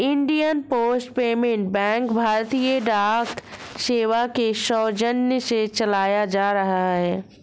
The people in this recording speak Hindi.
इंडियन पोस्ट पेमेंट बैंक भारतीय डाक सेवा के सौजन्य से चलाया जा रहा है